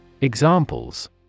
Examples